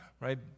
right